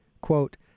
quote